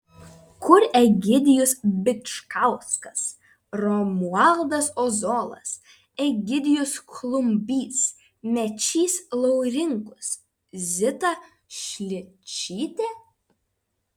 kur egidijus bičkauskas romualdas ozolas egidijus klumbys mečys laurinkus zita šličytė